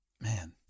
man